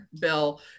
bill